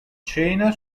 cena